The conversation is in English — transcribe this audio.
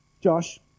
Josh